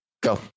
Go